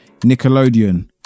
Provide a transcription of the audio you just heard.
nickelodeon